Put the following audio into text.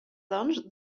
doncs